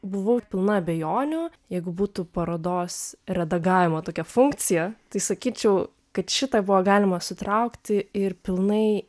buvau pilna abejonių jeigu būtų parodos redagavimo tokia funkcija tai sakyčiau kad šitą buvo galima sutraukti ir pilnai